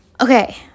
Okay